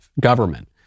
government